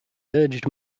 urged